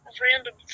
random